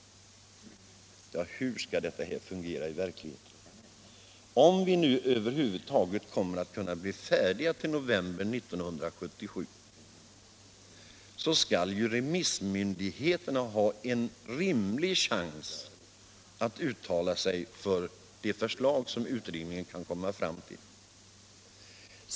Hur skall detta fungera i verkligheten? Om vi nu över huvud taget kommer att kunna bli färdiga till november 1977, skall ju remissmyndigheterna ha en rimlig chans att uttala sig om det förslag som utredningen kommit fram till.